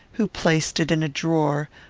who placed it in a drawer,